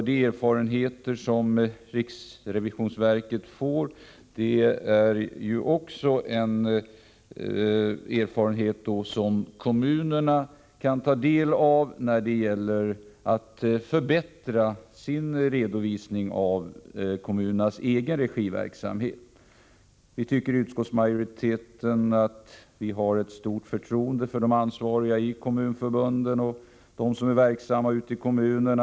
De erfarenheter som riksrevisionsverket gör kan kommunerna ta del av när det gäller att förbättra kommunernas redovisning av sin egenregiverksamhet. Utskottsmajoriteten har ett stort förtroende för de ansvariga i kommunförbunden och de som är verksamma ute i kommunerna.